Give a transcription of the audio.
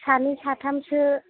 सानै साथामसो